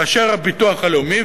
כאשר הביטוח הלאומי,